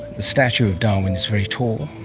the statue of darwin is very tall,